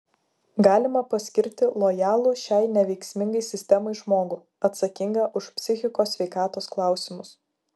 galima paskirti lojalų šiai neveiksmingai sistemai žmogų atsakingą už psichikos sveikatos klausimus